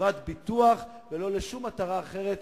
לחברת ביטוח ולא לשום מטרה אחרת,